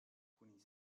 kuni